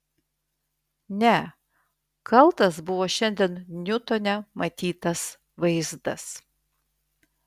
ne kaltas buvo šiandien niutone matytas vaizdas